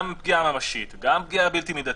גם פגיעה ממשית, גם פגיעה בלתי מידתית,